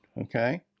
okay